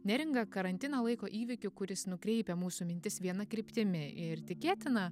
neringa karantiną laiko įvykį kuris nukreipia mūsų mintis viena kryptimi ir tikėtina